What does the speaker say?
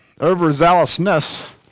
overzealousness